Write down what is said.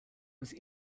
was